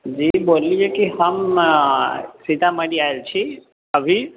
जी बोललियै की हम सीतामढ़ी आएल छी अभी